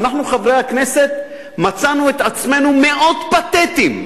אנחנו חברי הכנסת מצאנו את עצמנו מאוד פתטיים,